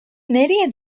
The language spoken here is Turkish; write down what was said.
nereye